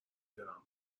دارم